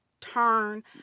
turn